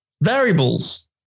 variables